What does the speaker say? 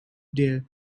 there